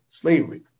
slavery